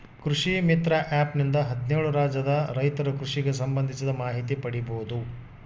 ಕೃಷಿ ಮಿತ್ರ ಆ್ಯಪ್ ನಿಂದ ಹದ್ನೇಳು ರಾಜ್ಯದ ರೈತರು ಕೃಷಿಗೆ ಸಂಭಂದಿಸಿದ ಮಾಹಿತಿ ಪಡೀಬೋದು